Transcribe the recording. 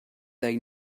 they